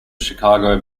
chicago